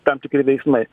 tam tikri veiksmai